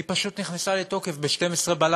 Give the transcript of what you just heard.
היא פשוט נכנסה לתוקף ב-24:00,